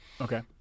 okay